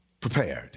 prepared